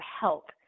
help